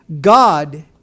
God